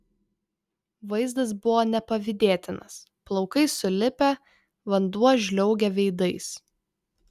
vaizdas buvo nepavydėtinas plaukai sulipę vanduo žliaugia veidais